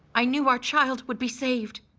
i knew our child would be saved.